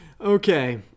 okay